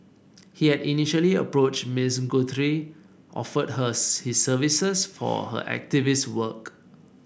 he had initially approached Miss Guthrie offering her his services for her activist work